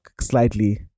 slightly